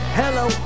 hello